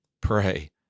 pray